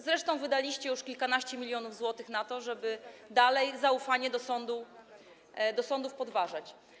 Zresztą wydaliście już kilkanaście milionów złotych na to, żeby dalej zaufanie do sądów podważać.